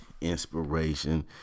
inspiration